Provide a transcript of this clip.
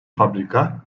fabrika